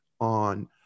on